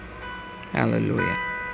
hallelujah